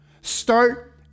Start